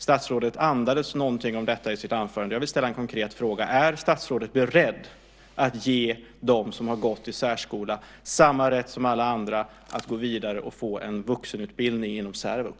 Statsrådet andades något om detta i sitt anförande, och jag vill därför ställa en konkret fråga: Är statsrådet beredd att ge dem som gått i särskola samma rätt som alla andra att gå vidare och få en vuxenutbildning inom särvux?